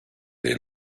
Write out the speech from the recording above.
dei